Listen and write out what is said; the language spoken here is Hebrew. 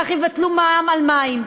כך יבטלו מע"מ על מים.